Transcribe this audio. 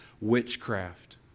witchcraft